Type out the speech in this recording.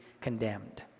condemned